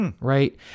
right